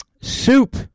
soup